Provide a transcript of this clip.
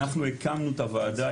אנחנו הקמנו את הוועדה,